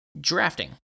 drafting